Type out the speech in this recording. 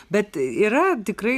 bet yra tikrai